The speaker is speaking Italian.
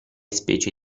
specie